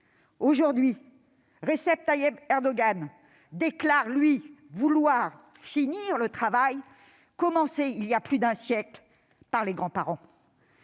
Aujourd'hui, Recep Tayyip Erdogan déclare, lui, vouloir « finir le travail commencé il y a plus d'un siècle par les grands-parents